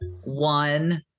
one